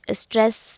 stress